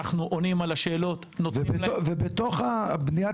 אנחנו עונים על השאלות --- בסופו של דבר,